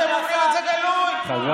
אם אדוני השר, אתם אומרים את זה בגלוי, בנוסח.